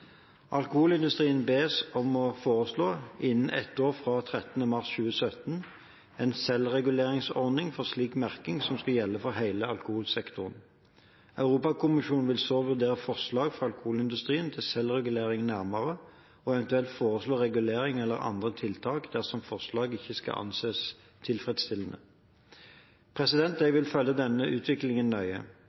Alkoholindustrien bes om å foreslå, innen ett år fra 13. mars 2017, en selvreguleringsordning for slik merking som skal gjelde for hele alkoholsektoren. Europakommisjonen vil så vurdere forslag fra alkoholindustrien til selvregulering nærmere, og eventuelt foreslå regulering eller andre tiltak dersom forslaget ikke anses tilfredsstillende. Jeg vil følge denne utviklingen nøye,